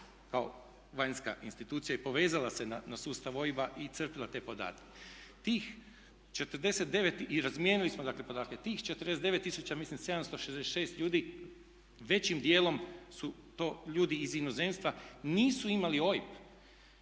kao vanjska institucija i povezala se na sustav OIB-a i crpila te podatke. Tih 49, i razmijenili smo dakle podatke, tih 49 tisuća 776 ljudi većim dijelom su to ljudi iz inozemstva, nisu imali OIB.